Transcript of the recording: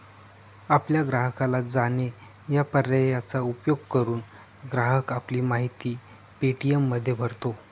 आपल्या ग्राहकाला जाणे या पर्यायाचा उपयोग करून, ग्राहक आपली माहिती पे.टी.एममध्ये भरतो